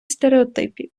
стереотипів